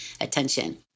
attention